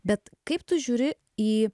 bet kaip tu žiūri į